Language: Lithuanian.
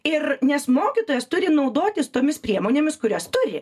ir nes mokytojas turi naudotis tomis priemonėmis kurias turi